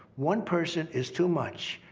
one person is too much.